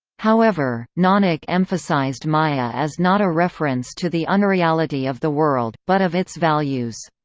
however, nanak emphasised maya as not a reference to the unreality of the world, but of its values.